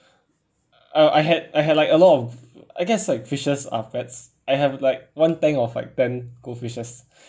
uh I had I had like a lot of I guess like fishes are pets I have like one tank of like ten goldfishes